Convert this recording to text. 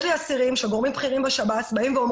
יש לי אסירים שגורמים בכירים בשירות בתי הסוהר